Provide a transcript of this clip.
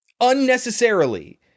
Unnecessarily